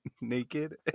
Naked